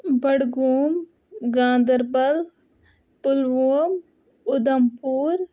Budgam Ganderbal Pulwama Udhampur